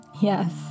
Yes